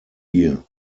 year